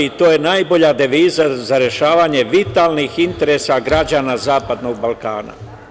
To je najbolja deviza za rešavanje vitalnih interesa građana zapadnog Balkana.